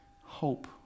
hope